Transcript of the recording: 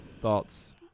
thoughts